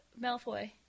Malfoy